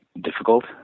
difficult